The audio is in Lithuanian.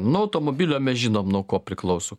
nu automobilio mes žinom nuo ko priklauso